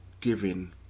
giving